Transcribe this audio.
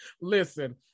listen